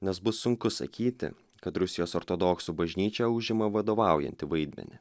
nes bus sunku sakyti kad rusijos ortodoksų bažnyčia užima vadovaujantį vaidmenį